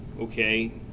okay